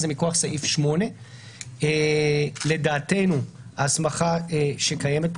זה מכוח סעיף 8. לדעתנו ההסמכה שקיימת כאן